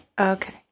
Okay